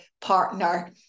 partner